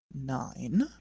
nine